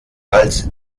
als